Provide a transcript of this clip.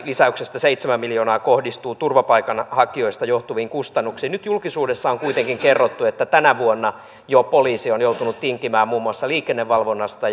lisäyksestä seitsemän miljoonaa kohdistuu turvapaikanhakijoista johtuviin kustannuksiin nyt julkisuudessa on kuitenkin kerrottu että jo tänä vuonna poliisi on joutunut tinkimään muun muassa liikennevalvonnasta